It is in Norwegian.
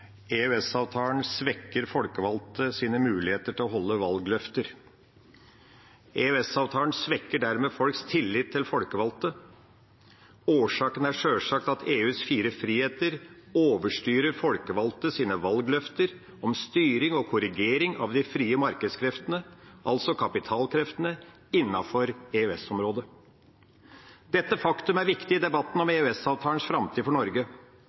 svekker folkevalgtes muligheter til å holde valgløfter. EØS-avtalen svekker dermed folks tillit til folkevalgte. Årsaken er sjølsagt at EUs fire friheter overstyrer folkevalgtes valgløfter og en styring og korrigering av de frie markedskreftene – altså kapitalkreftene – innenfor EØS-området. Dette faktum er viktig i debatten om EØS-avtalens framtid i Norge.